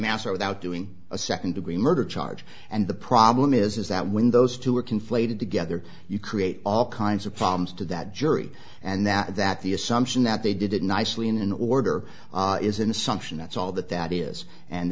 masseur without doing a second degree murder charge and the problem is is that when those two are conflated together you create all kinds of problems to that jury and that that the assumption that they did it nicely in an order is an assumption that's all that that is and